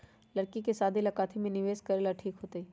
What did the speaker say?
लड़की के शादी ला काथी में निवेस करेला ठीक होतई?